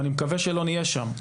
ואני מקווה שלא נהיה שם.